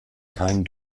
keinen